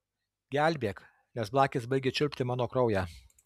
gelbėk nes blakės baigia čiulpti mano kraują